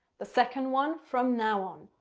the second one from now on.